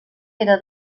era